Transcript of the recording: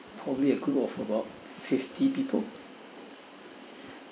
probably a group of about fifty people